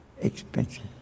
expensive